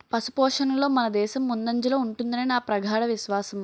పశుపోషణలో మనదేశం ముందంజలో ఉంటుదని నా ప్రగాఢ విశ్వాసం